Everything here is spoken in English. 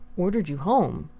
ordered you home?